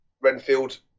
Renfield